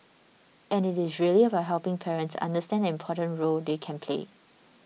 and it is really about helping parents understand the important role they can play